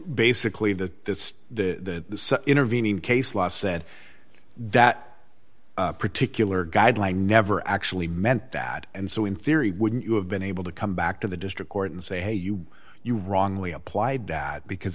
basically that it's the intervening case law said that particular guideline never actually meant that and so in theory wouldn't you have been able to come back to the district court and say hey you you wrongly applied that because